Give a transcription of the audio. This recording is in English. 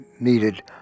needed